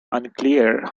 unclear